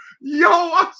Yo